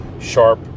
sharp